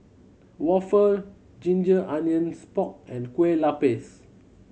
waffle ginger onions pork and Kueh Lupis